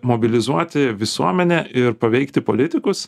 mobilizuoti visuomenę ir paveikti politikus